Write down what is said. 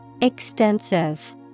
Extensive